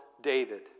David